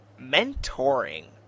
mentoring